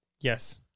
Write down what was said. Yes